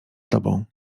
tobą